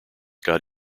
got